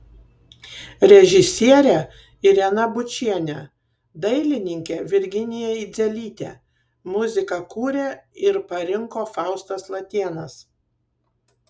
režisierė irena bučienė dailininkė virginija idzelytė muziką kūrė ir parinko faustas latėnas